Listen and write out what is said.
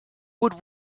would